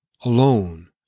alone